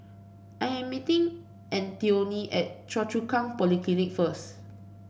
I am meeting Antione at Choa Chu Kang Polyclinic first